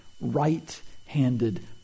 right-handed